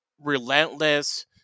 relentless